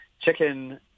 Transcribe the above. chicken